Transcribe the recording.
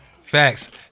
Facts